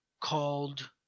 called